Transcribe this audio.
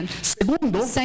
segundo